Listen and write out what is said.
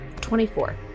24